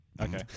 Okay